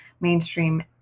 mainstream